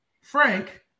Frank